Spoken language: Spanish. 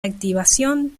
activación